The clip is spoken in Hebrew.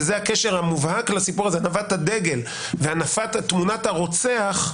הקשר המובהק לסיפור הזה זו הנפת הדגל והנפת תמונת הרוצח,